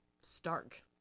stark